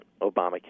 Obamacare